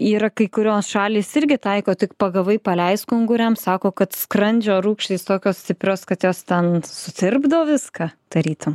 yra kai kurios šalys irgi taiko tik pagavai paleisk unguriams sako kad skrandžio rūgštys tokios stiprios kad jos ten sutirpdo viską tarytum